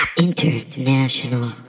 International